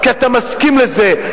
כי אתה מסכים לזה,